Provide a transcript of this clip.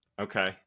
Okay